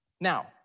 Now